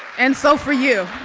and so for you,